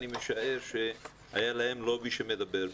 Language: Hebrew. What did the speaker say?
אני משער שהיה להם לובי שמדבר עבורם.